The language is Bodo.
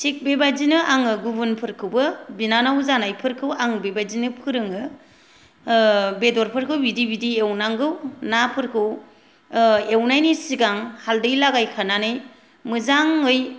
थिग बेबादिनो आङो गुबुनफोरखौबो बिनानाव जानायफोरखौ आं बेबादिनो फोरोङो बेदरफोरखौ बिदि बिदि एवनांगौ नाफोरखौ एवनायनि सिगां हालदै लागायखानानै मोजाङै